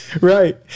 Right